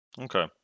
Okay